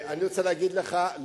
אני רוצה להגיד לך,